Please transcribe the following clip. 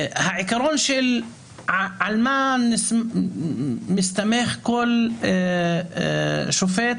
העקרון על מה מסתמך כל שופט